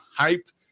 hyped